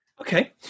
Okay